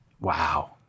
Wow